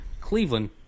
Cleveland